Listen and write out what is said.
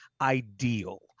ideal